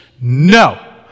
No